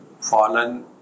fallen